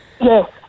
Yes